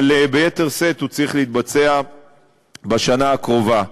אבל הוא צריך להתבצע ביתר שאת בשנה הקרובה.